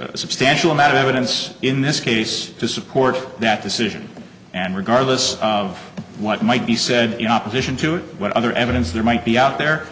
a substantial amount of evidence in this case to support that decision and regardless of what might be said in opposition to it what other evidence there might be out there